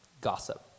gossip